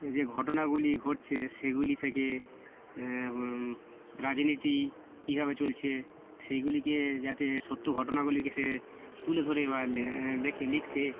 যে ঘটনাগুলি ঘটছে সেগুলি থেকে রাজনীতি কীভাবে চলছে সেইগুলিকে যাতে সত্য ঘটনাগুলিকে সে তুলে ধরে বা লেখে লিখতে